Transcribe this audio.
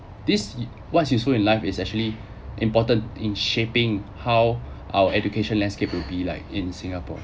this what's useful in life is actually important in shaping how our education landscape will be like in singapore